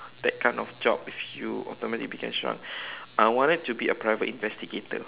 that kind of job if you automatically became shrunk I wanted to be a private investigator